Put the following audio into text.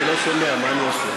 אני לא שומע, מה אני אעשה?